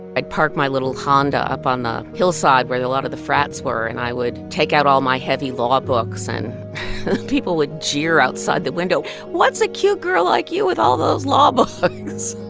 i'd park my little honda up on the hillside where a lot of the frats were, and i would take out all my heavy law books. and people would jeer outside the window what's a cute girl like you with all those law but books?